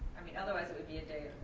i mean, otherwise it would be a day